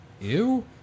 Ew